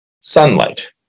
Sunlight